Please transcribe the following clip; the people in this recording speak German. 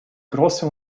große